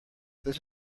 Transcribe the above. this